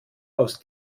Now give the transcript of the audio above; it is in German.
aus